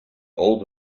old